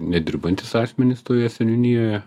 nedirbantys asmenys toje seniūnijoje